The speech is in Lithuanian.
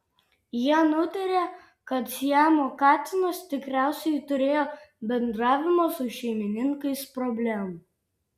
jie nutarė kad siamo katinas tikriausiai turėjo bendravimo su šeimininkais problemų